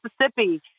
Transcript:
Mississippi